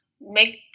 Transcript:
make